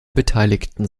beteiligten